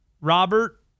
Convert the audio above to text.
Robert